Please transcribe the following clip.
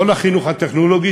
כל החינוך הטכנולוגי,